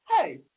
hey